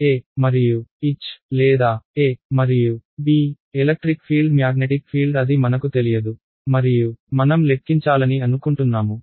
E మరియు H లేదా E మరియు B electric field magnetic field అది మనకు తెలియదు మరియు మనం లెక్కించాలని అనుకుంటున్నాము